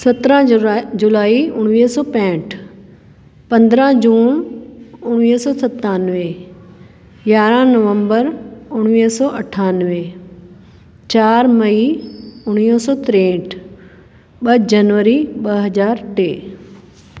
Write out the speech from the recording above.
सत्रहं जुड़ाए जुलाई उणिवीह सौ पंजहठि पंद्रहं जून उणिवीह सौ सतानवें यारहं नवम्बर उणिवीह सौ अठानवें चार मई उणिवीह सौ टेहठि ॿ जनवरी ॿ हज़ार टे